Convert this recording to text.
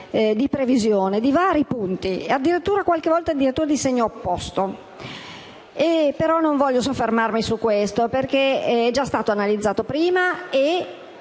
di previsione di vari punti, qualche volta addirittura di segno opposto. Però non voglio soffermarmi su questo aspetto, perché è già stato analizzato prima e